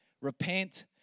repent